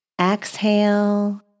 Exhale